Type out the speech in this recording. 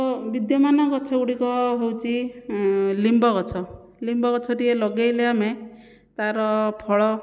ଓ ବିଦ୍ୟମାନ ଗଛଗୁଡ଼ିକ ହେଉଛି ଲିମ୍ବ ଗଛ ଲିମ୍ବ ଗଛଟିଏ ଲଗାଇଲେ ଆମେ ତାର ଫଳ